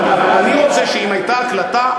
אבל אני רוצה שאם הייתה הקלטה,